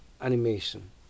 animation